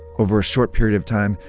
over a short period of time,